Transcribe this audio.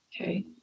Okay